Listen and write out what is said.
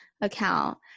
account